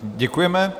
Děkujeme.